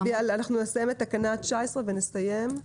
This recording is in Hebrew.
נסיים את תקנה 19 ונסיים.